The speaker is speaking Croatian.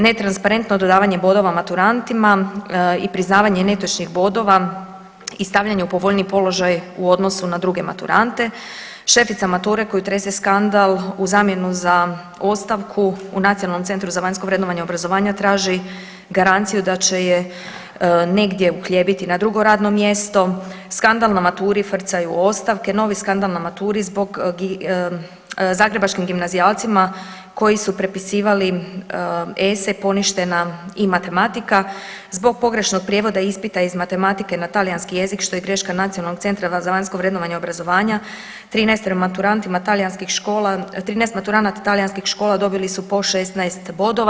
Netransparentno dodavanje bodova maturantima i priznavanje netočnih bodova i stavljanje u povoljniji položaj u odnosu na druge maturante, šefica mature koju trese skandal u zamjenu za ostavku u Nacionalnom centru za vanjsko vrednovanje obrazovanja traži garanciju da će je negdje uhljebiti na drugo radno mjesto, skandal na maturi frcaju ostavke, novi skandal na maturi zbog zagrebačkim gimnazijalcima koji su prepisivali esej poništena i matematika, zbog pogrešnog prijevoda ispita iz matematike na talijanski jezik što je greška Nacionalnog centra za vanjsko vrednovanje obrazovanja 13-toro maturantima talijanskih, 13 maturanata talijanskih škola dobili su po 16 bodova.